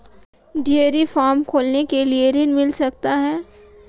Dairy farm खोलने के लिए ऋण मिल सकता है?